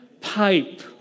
pipe